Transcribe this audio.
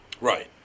Right